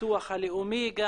הביטוח הלאומי.